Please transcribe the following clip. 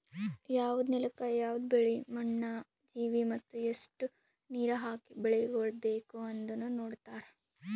ಯವದ್ ನೆಲುಕ್ ಯವದ್ ಬೆಳಿ, ಮಣ್ಣ, ಜೀವಿ ಮತ್ತ ಎಸ್ಟು ನೀರ ಹಾಕಿ ಬೆಳಿಗೊಳ್ ಬೇಕ್ ಅಂದನು ನೋಡತಾರ್